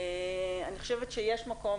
אני חושבת שיש מקום,